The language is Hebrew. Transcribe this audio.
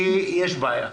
כי יש בעיה.